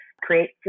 create